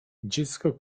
dziecko